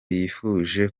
yifuje